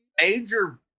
major